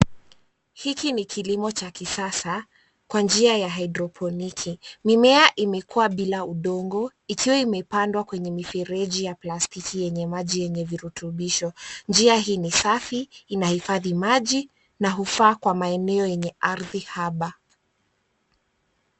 Hiki ni kilimo cha kisasa, kwa njia ya hydroponiki. Mimea imekua bila udongo ikiwa imepandwa kwenye mifereji ya plastiki yenye maji yenye virutubisho. Njia hii ni safi, inahifadhi maji na hufaa kwa maeneo yenye ardhi haba.